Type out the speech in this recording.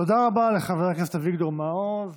תודה רבה לחבר הכנסת אביגדור מעוז,